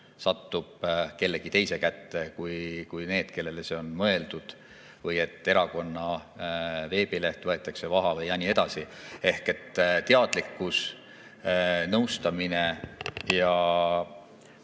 satub kellegi teise kätte kui need, kellele see on mõeldud, või et erakonna veebileht võetakse maha ja nii edasi. Teadlikkus, nõustamine ja